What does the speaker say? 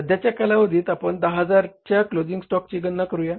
सध्याच्या कालावधीत आपण 10000 च्या क्लोझिंग स्टॉकची गणना करूया